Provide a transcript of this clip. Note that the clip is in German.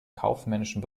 kaufmännischen